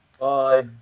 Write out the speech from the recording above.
bye